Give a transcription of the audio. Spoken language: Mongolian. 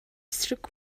эсрэг